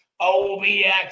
OBX